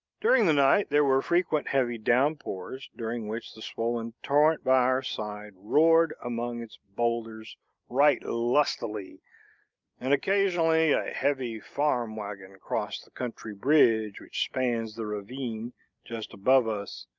during the night there were frequent heavy downpours, during which the swollen torrent by our side roared among its boulders right lustily and occasionally a heavy farm-wagon crossed the country bridge which spans the ravine just above us,